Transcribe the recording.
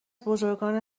بزرگان